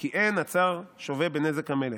כי אין הצר שוה בנזק המלך.